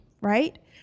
right